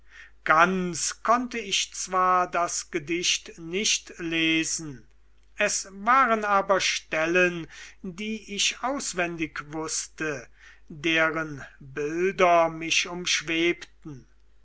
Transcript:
ganz konnte ich zwar das gedicht nicht lesen es waren aber stellen die ich auswendig wußte deren bilder mich umschwebten